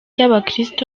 y’abakirisitu